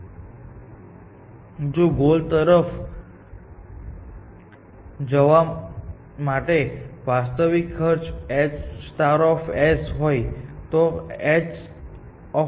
ઠીક છે જ્યારે તે શરૂ થાય છે ત્યારે તે બાઉન્ડ થી શરૂ થાય છે જે h ની બરાબર છે અને તે જોતાં કે h એ અંડરએસ્ટીમેટ ફંકશન છે તે શક્ય નથી કે શ્રેષ્ઠ માર્ગ કરતાં વધુ લંબાઈનો માર્ગ અસ્તિત્વમાં આવે કારણ કે h એ અંડરએસ્ટીમેટ ફંકશન છે